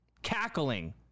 Cackling